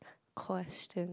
question